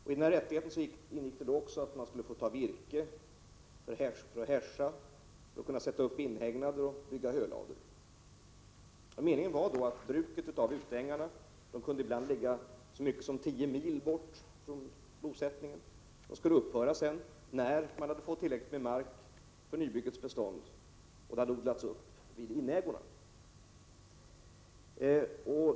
Den här rättigheten innebar också att man fick ta virke, så att man kunde hässja, sätta upp inhägnader och bygga hölador. Meningen var att bruket av utängarna — som ibland låg ända upp till tio mil från bosättningen — skulle upphöra när man hade fått tillräckligt med mark för nybyggets bestånd och när uppodling hade skett vid inägorna.